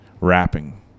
rapping